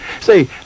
say